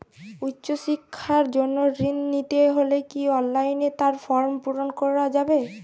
উচ্চশিক্ষার জন্য ঋণ নিতে হলে কি অনলাইনে তার ফর্ম পূরণ করা যাবে?